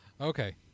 Okay